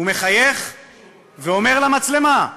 הוא מחייך ואומר למצלמה: